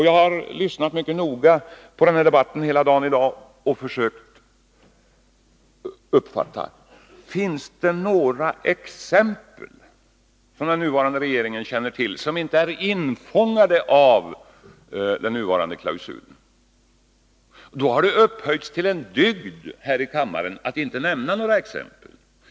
Jag har noga lyssnat på debatten i dag och försökt uppfatta om det finns några exempel som den nuvarande regeringen känner till på förfaranden som inte är infångade av den nuvarande klausulen. Men det har upphöjts till en dygd här i kammaren att inte nämna några exempel.